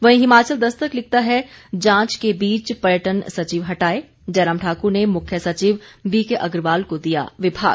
वहीं हिमाचल दस्तक लिखता है जांच के बीच पर्यटन सचिव हटाए जयराम ठाकुर ने मुख्य सचिव बीके अग्रवाल को दिया विभाग